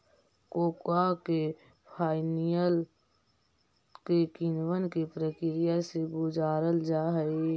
cocoa के फलियन के किण्वन के प्रक्रिया से गुजारल जा हई